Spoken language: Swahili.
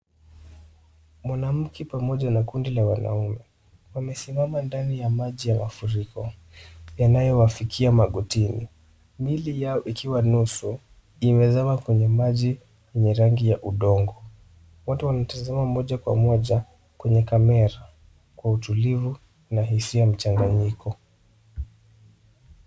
Mwanamke pamoja na kundi la wanaume wamesimama ndani ya maji ya mafuriko yanayowafikia magotini. Miili yao ikiwa nusu, imezama kwenye maji yenye rangi ya udongo. Watu wametazama moja kwa moja kwenye kamera kwa utulivu na hisia mchanganyiko.